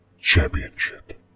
championship